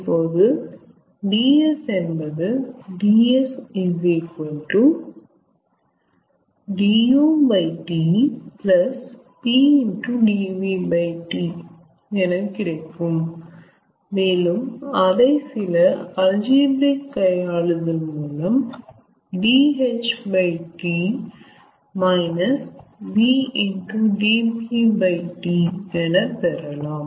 இப்போது 𝑑𝑠 என்பது 𝑑𝑠 𝑑𝑢T 𝑝 𝑑𝑣T என கிடைக்கும் மேலும் அதை சில அல்ஜெப்ராய்க் கையாளுதல் மூலம் 𝑑ℎ𝑇 − 𝑣 𝑑𝑝T என பெறலாம்